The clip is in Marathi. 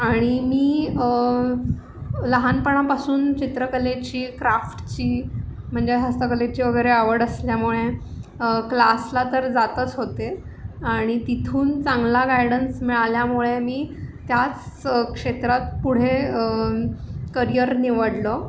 आणि मी लहानपणापासून चित्रकलेची क्राफ्टची म्हणजे हस्तकलेची वगैरे आवड असल्यामुळे क्लासला तर जातच होते आणि तिथून चांगला गायडन्स मिळाल्यामुळे मी त्याच क्षेत्रात पुढे करियर निवडलं